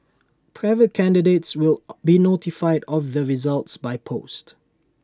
private candidates will be notified of their results by post